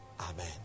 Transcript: Amen